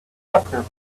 sucker